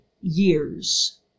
years